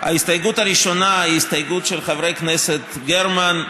ההסתייגות הראשונה היא הסתייגות של חברי הכנסת גרמן,